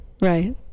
Right